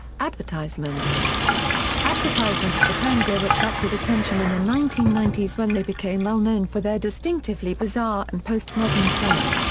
advertisements advertisements for tango attracted attention in the nineteen ninety s when they became well known for their distinctively bizarre and post-modern tone.